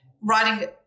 writing